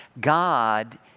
God